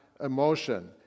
emotion